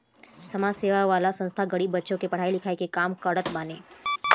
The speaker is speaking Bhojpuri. समाज सेवा करे वाला संस्था गरीब बच्चन के पढ़ाई लिखाई के काम करत बाने